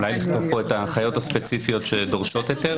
אולי פשוט לכתוב את החיות הספציפיות שדורשות היתר.